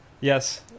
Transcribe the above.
yes